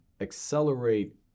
accelerate